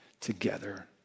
together